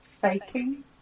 faking